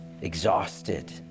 exhausted